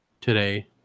today